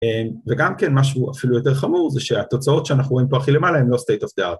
וגם כן משהו אפילו יותר חמור זה שהתוצאות שאנחנו רואים פה הכי למעלה הן לא state of the art